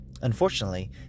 Unfortunately